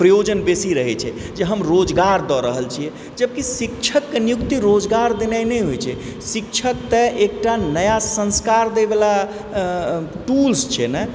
प्रयोजन बेसी रहय छै जे हम रोजगार दऽ रहल छियै जबकि शिक्षकके नियुक्ति रोजगार देनाइ नहि होइ छै शिक्षक तऽ एक टा नया संस्कार दै वला टूल्स छै ने